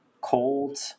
cold